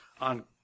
on